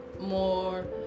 more